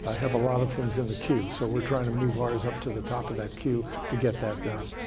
ah have a lot of things in the queue. so we're trying to move ours up to the top of that queue to get that done.